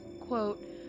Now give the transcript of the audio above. quote